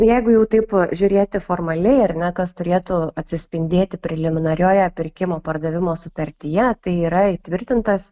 jeigu jau taip žiūrėti formaliai ar ne kas turėtų atsispindėti preliminarioje pirkimo pardavimo sutartyje tai yra įtvirtintas